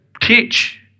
teach